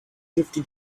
fifty